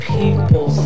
people